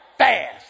fast